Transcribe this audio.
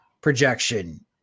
projection